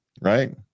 right